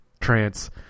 trance